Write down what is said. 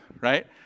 Right